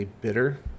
bitter